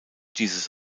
dieses